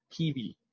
TV